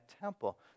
temple